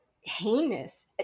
heinous